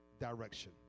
direction